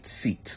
seat